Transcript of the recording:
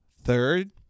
Third